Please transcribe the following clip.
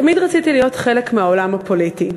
תמיד רציתי להיות חלק מהעולם הפוליטי.